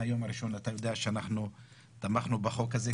מהיום הראשון אתה יודע שאנחנו תמכנו בחוק הזה.